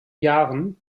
jahren